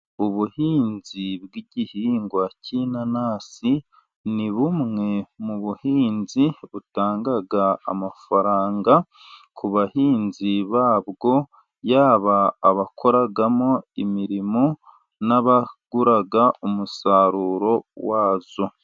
Ubuhinzi bw'igihingwa cy'inanasi, ni bumwe mu buhinzi butanga amafaranga ku bahinzi babwo, yaba abakoramo imirimo n'abaguraga umusaruro wazo.